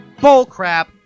bullcrap